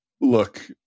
Look